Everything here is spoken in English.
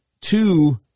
two